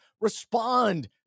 respond